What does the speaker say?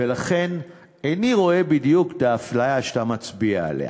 ולכן איני רואה בדיוק את האפליה שאתה מצביע עליה.